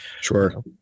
sure